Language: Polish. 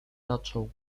zaczął